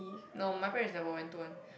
no my parents never went to one